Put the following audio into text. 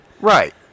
Right